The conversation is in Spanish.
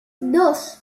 dos